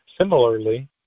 Similarly